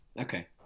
Okay